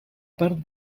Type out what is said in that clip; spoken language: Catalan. part